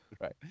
right